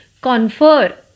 confer